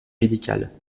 médicale